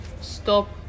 stop